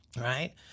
right